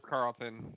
Carlton